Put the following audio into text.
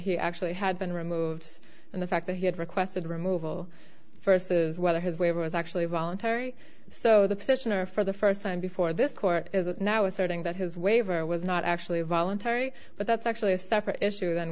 he actually had been removed and the fact that he had requested removal versus whether his waiver was actually voluntary so the petitioner for the first time before this court is now asserting that his waiver it was not actually voluntary but that's actually a separate issue than